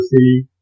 see